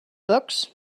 books